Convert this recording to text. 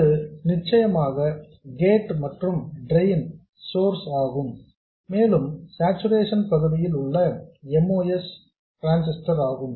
இது நிச்சயமாக கேட் மற்றும் டிரெயின் சோர்ஸ் ஆகும் மேலும் சார்ச்சுரேசன் பகுதியில் உள்ள MOS ஆகும்